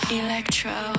electro